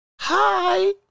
Hi